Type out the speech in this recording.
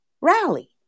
rally